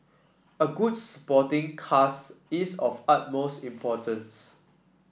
a good supporting cast is of utmost importance